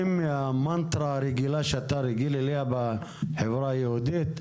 מהמנטרה הרגילה שאתה רגיל אליה בחברה היהודית?